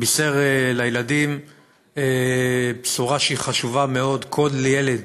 בישר לילדים בשורה שהיא חשובה מאוד: כל ילד